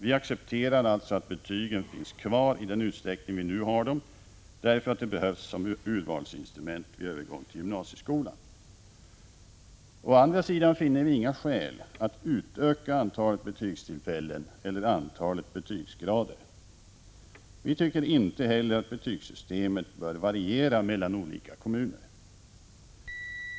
Vi accepterar alltså att betygen finns kvar i den utsträckning vi nu har dem, därför att de behövs som urvalsinstrument vid övergång till gymnasieskolan. Å andra sidan finner vi inga skäl för att utöka antalet betygstillfällen eller antalet betygsgrader. Vi tycker inte heller att betygssystemet bör variera mellan olika kommuner.